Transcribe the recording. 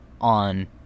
on